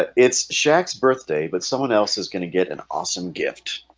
ah it's shaq's birthday, but someone else is gonna get an awesome gift